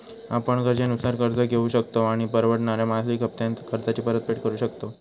आपण गरजेनुसार कर्ज घेउ शकतव आणि परवडणाऱ्या मासिक हप्त्त्यांत कर्जाची परतफेड करु शकतव